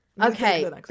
okay